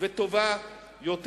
וטובה יותר.